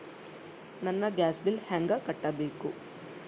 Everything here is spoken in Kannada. ನನ್ನ ಗ್ಯಾಸ್ ಬಿಲ್ಲು ಹೆಂಗ ಕಟ್ಟಬೇಕು?